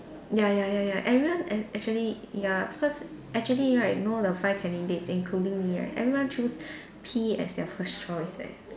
ya ya ya ya everyone a~ actually ya because actually right know the five candidates including me right everyone choose P as their first choice leh